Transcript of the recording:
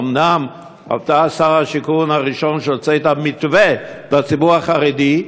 אומנם אתה שר השיכון הראשון שהוציא מתווה לציבור החרדי,